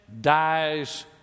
dies